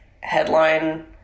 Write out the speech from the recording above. headline